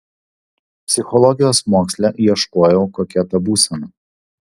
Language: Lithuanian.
psichologijos moksle ieškojau kokia ta būsena